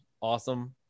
awesome